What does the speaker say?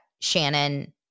Shannon